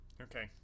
okay